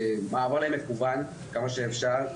מעבר למקוון כמה שאפשר,